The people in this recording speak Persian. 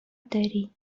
داری